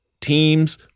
teams